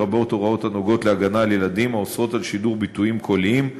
לרבות הוראות הנוגעות להגנה על ילדים האוסרות שידור ביטויים קוליים,